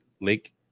Lake